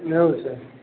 એવું છે